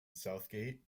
southgate